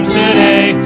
today